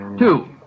Two